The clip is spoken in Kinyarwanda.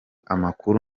amakuru